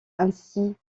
ainsi